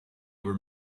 were